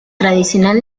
tradicional